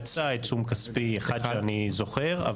יצא עיצום כספי אחד שאני זוכר.